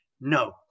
No